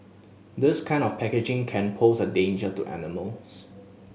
this kind of packaging can pose a danger to animals